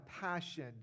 passion